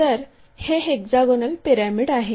तर हे hexagonal pyramid आहे